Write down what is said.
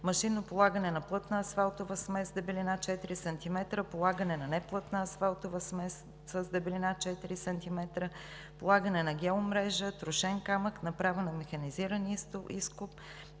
машинно полагане на плътна асфалтова смес с дебелина 4 см, полагане на неплътна асфалтова смес с дебелина 4 см, полагане на геомрежа, трошен камък, направа на механизиран изкоп,